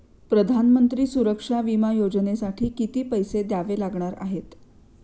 प्रधानमंत्री सुरक्षा विमा योजनेसाठी किती पैसे द्यावे लागणार आहेत?